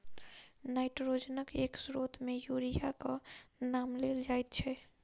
नाइट्रोजनक एक स्रोत मे यूरियाक नाम लेल जाइत छै